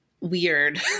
weird